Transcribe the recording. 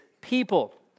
people